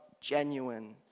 genuine